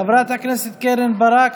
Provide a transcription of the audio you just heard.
חברת הכנסת קרן ברק,